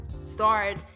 start